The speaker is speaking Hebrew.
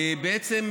בעצם,